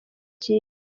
kipe